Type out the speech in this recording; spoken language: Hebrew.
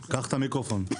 תודה.